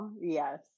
Yes